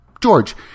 George